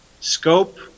scope